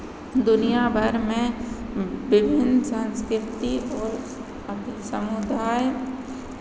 दुनिया भर में विभिन्न सांस्कृतिक और आर्थिक समुदाय